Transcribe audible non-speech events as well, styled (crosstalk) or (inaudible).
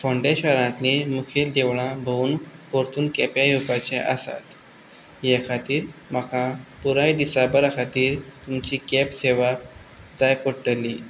फोंडे शहरांतलीं मुखेल देवळां भोंवून परतून केपें येवपाचें आसा हे खातीर म्हाका पुराय दिसा (unintelligible) खातीर तुमची कॅब सेवा जाय पडटली